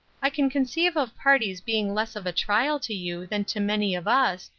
i can conceive of parties being less of a trial to you than to many of us,